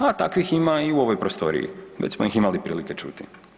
A takvih ima i u ovoj prostoriji, već smo ih imali prilike čuti.